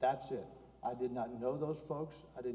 that said i did not know the folks i didn't